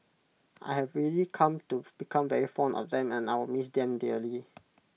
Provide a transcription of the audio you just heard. I have really come to become very fond of them and I will miss them dearly